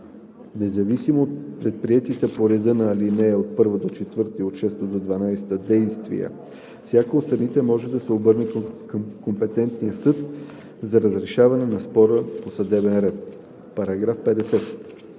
Независимо от предприетите по реда на ал. 1 – 4 и 6 – 12 действия всяка от страните може да се обърне към компетентния съд за разрешаване на спора по съдебен ред.“